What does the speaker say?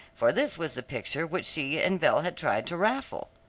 for this was the picture which she and belle had tried to raffle.